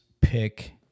pick